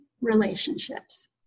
relationships